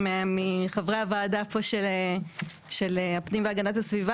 ומחברי הוועדה פה של הפנים והגנת הסביבה,